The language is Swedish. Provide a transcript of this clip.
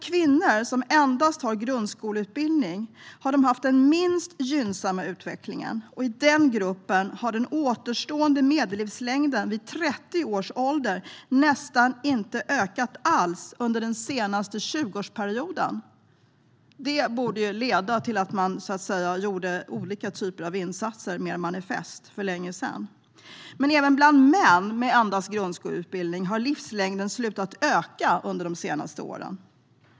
Kvinnor med endast grundskoleutbildning har haft den minst gynnsamma utvecklingen. I den gruppen har den återstående medellivslängden vid 30 års ålder nästan inte ökat alls under den senaste tjugoårsperioden. Här borde man ha gjort olika typer av mer manifesta insatser för länge sedan. Även bland män med endast grundskoleutbildning har livslängden slutat öka under de senaste åren.